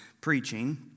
preaching